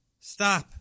stop